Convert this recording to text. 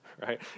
right